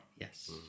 Yes